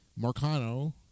Marcano